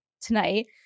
tonight